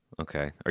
Okay